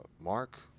Mark